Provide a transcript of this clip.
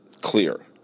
clear